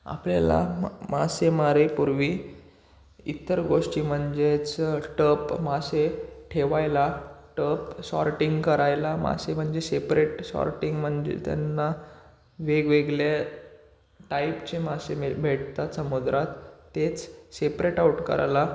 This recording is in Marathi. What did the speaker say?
आपल्याला मा मासेमारेपूर्वी इतर गोष्टी म्हणजेच टप मासे ठेवायला टप सॉर्टिंग करायला मासे म्हणजे सेपरेट सॉर्टिंग म्हणजे त्यांना वेगवेगळ्या टाईपचे मासे मे भेटतात समुद्रात तेच सेपरेट आऊट करायला